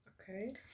Okay